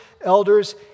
elders